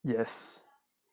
yes